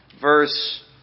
verse